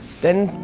then,